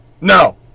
no